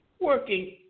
working